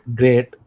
great